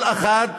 כל אחד,